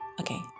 Okay